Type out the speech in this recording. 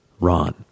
Ron